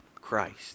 Christ